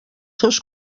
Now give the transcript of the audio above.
seus